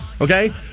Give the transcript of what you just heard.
Okay